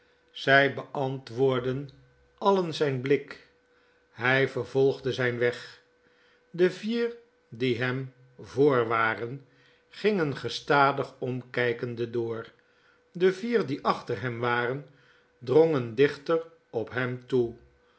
zg beantwoordden alien zijn blik hy vervolgde zfiii weg de vier die hem vtfor waren gingen gestadig omkijkende door de vier die achter hem waren drongen dichter op hem toe